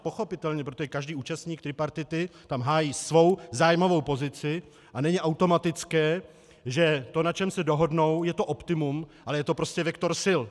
Pochopitelně, protože každý účastník tripartity tam hájí svou zájmovou pozici a není automatické, že to, na čem se dohodnou, je to optimum, ale je to prostě vektor sil.